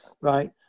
right